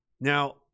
now